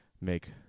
make